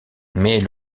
mais